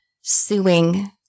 suing